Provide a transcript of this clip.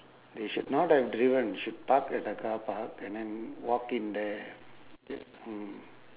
they should not have driven should park at the car park and then walk in there yes mm